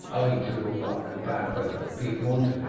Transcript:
owing to ill-luck and bad weather, be in want of it,